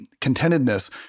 contentedness